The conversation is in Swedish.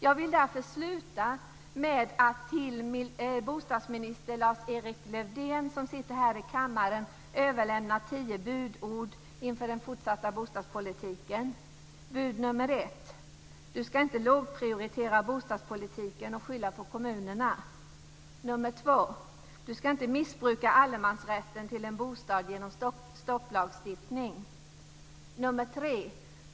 Jag vill därför sluta med att till bostadsminister Lars-Erik Lövdén som sitter här i kammaren överlämna tio budord inför den fortsatta bostadspolitiken. 1. Du ska inte lågprioritera bostadspolitiken och skylla på kommunerna. 2. Du ska inte missbruka allemansrätten till en bostad genom stopplagstiftning. 3.